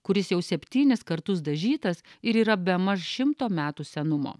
kuris jau septynis kartus dažytas ir yra bemaž šimto metų senumo